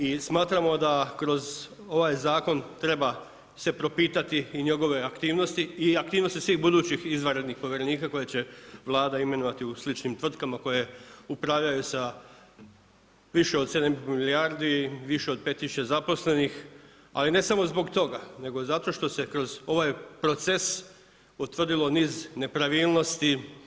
I smatramo da kroz ovaj Zakon treba se propitati i njegove aktivnosti i aktivnosti svih budućih izvanrednih povjerenika koje će Vlada imenovati u sličnim tvrtkama koje upravljaju sa više od 7,5 milijardi, više od 5 tisuća zaposlenih, ali ne samo zbog toga nego zato što se kroz ovaj proces utvrdilo niz nepravilnosti.